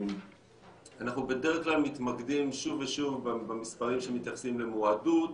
אנחנו בדרך כלל מתמקדים שוב ושוב במספרים שמתייחסים למועדוּת,